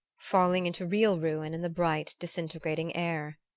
falling into real ruin in the bright disintegrating air.